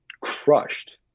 crushed